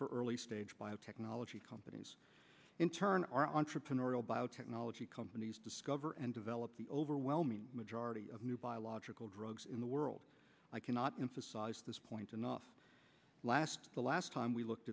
for early stage biotechnology companies in turn are entrepreneurial biotechnology companies discover and develop the overwhelming majority of new biological drugs in the world i cannot emphasize this point enough last the last time we looked